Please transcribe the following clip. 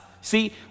See